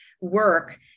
work